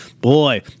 Boy